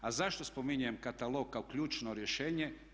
A zašto spominjem katalog kao ključno rješenje?